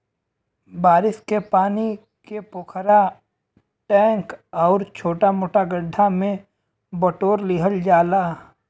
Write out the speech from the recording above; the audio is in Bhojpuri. बारिश के पानी के पोखरा, टैंक आउर छोटा मोटा गढ्ढा में बटोर लिहल जाला